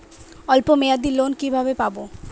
অল্প মেয়াদি লোন কিভাবে পাব?